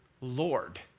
Lord